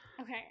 okay